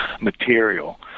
material